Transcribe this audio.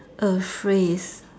a phrase